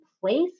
place